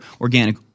organic